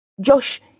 Josh